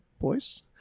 boys